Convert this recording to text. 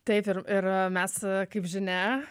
taip ir ir mes kaip žinia